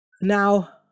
Now